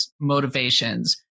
motivations